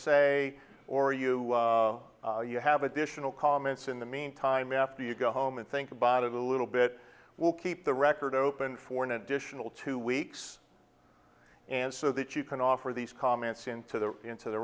say or you you have additional comments in the meantime after you go home and think about it a little bit will keep the record open for an additional two weeks and so that you can offer these comments into the into the